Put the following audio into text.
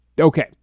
okay